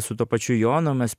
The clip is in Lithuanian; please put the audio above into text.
su tuo pačiu jonu mes